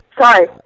Sorry